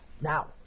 Now